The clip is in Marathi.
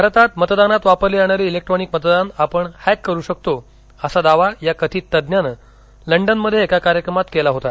भारतात मतदानात वापरली जाणारी इलेक्ट्रॉनिक मतदान आपण हॅक करू शकतो असा दावा या कथित तज्ञानं लंडनमध्ये एका कार्यक्रमात केला होता